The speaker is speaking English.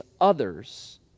others